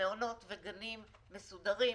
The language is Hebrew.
במעונות וגנים מסודרים,